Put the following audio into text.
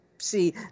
see